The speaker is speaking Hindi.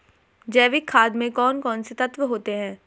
जैविक खाद में कौन कौन से तत्व होते हैं?